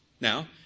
Now